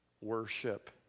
Worship